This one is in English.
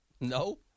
No